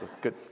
good